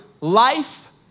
life